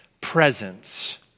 Presence